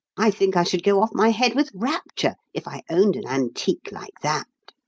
i think i should go off my head with rapture if i owned an antique like that.